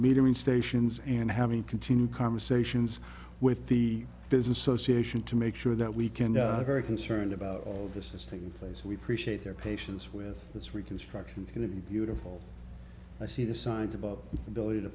metering stations and having continued conversations with the business association to make sure that we can be very concerned about this taking place we appreciate their patience with this reconstruction is going to be beautiful i see the signs about ability to